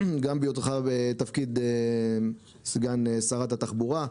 גם בהיותך בתפקיד סגן שרת התחבורה.